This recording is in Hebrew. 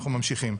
אנחנו ממשיכים.